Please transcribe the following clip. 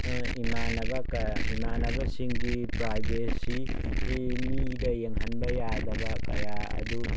ꯏꯃꯥꯟꯅꯕ ꯏꯃꯥꯟꯅꯕꯁꯤꯡꯒꯤ ꯄ꯭ꯔꯥꯏꯕꯦꯁꯤ ꯒꯤ ꯃꯤꯗ ꯌꯦꯡꯍꯟꯕ ꯌꯥꯗꯕ ꯀꯌꯥ ꯑꯗꯨ